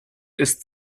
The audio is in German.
ist